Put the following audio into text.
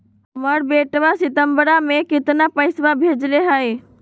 हमर बेटवा सितंबरा में कितना पैसवा भेजले हई?